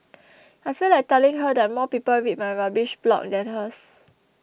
I feel like telling her that more people read my rubbish blog than hers